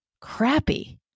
crappy